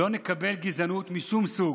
לא נקבל גזענות משום סוג.